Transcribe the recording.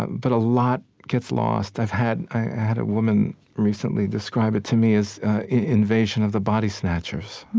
but a lot gets lost. i've had ah had a woman recently describe it to me as invasion of the body snatchers